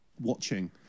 watching